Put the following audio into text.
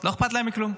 לא אכפת להם מכלום,